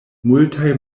multaj